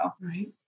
Right